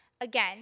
Again